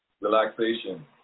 Relaxation